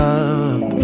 up